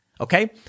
Okay